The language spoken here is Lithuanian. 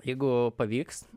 jeigu pavyks